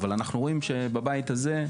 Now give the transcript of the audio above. אבל אנחנו רואים שבבית הזה,